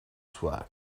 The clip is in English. swag